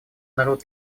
народ